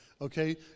okay